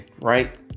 right